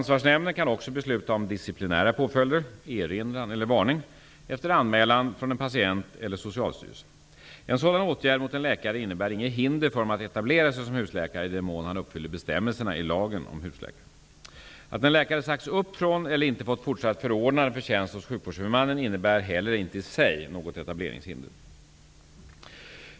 HSAN kan också besluta om disciplinära påföljder -- erinran eller varning -- efter anmälan från en patient eller Socialstyrelsen. En sådan åtgärd mot en läkare innebär inget hinder för honom att etablera sig som husläkare i den mån han uppfyller bestämmelserna i lagen om husläkare. Att en läkare sagts upp från eller inte fått fortsatt förordnande för tjänst hos sjukvårdshuvudmannen innebär heller inte i sig något etableringshinder.